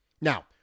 Now